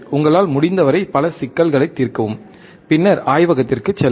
உங்களால் முடிந்தவரை பல சிக்கல்களை தீர்க்கவும் பின்னர் ஆய்வகத்திற்குச் செல்லவும்